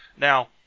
Now